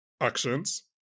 actions